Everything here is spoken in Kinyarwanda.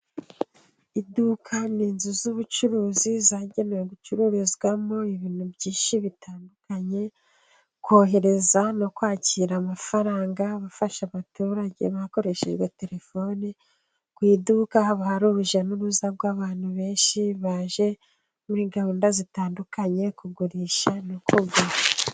Iduka ni inzu y'ubucuruzi yagenewe gucururizwamo ibintu byinshi bitandukanye, kohereza no kwakira amafaranga afasha abaturage bakoresheje telefone, ku iduka haba hari urujya n'uruza rw'abantu benshi baje muri gahunda zitandukanye kugurisha no kugura.